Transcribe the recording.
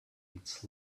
its